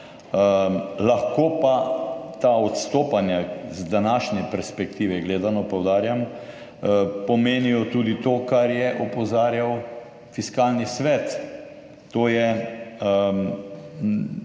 lahko pa ta odstopanja – z današnje perspektive gledano, poudarjam – pomenijo tudi to, na kar je opozarjal Fiskalni svet, to je